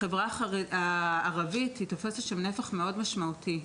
החברה הערבית תופסת שם נפח מאוד משמעותי.